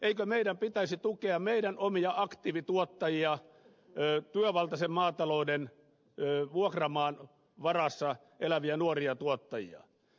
eikö meidän pitäisi tukea meidän omia aktiivituottajiamme työvaltaisen maatalouden vuokramaan varassa eläviä nuoria tuottajia